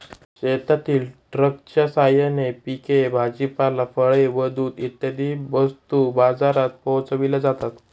शेतातील ट्रकच्या साहाय्याने पिके, भाजीपाला, फळे व दूध इत्यादी वस्तू बाजारात पोहोचविल्या जातात